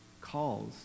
calls